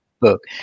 book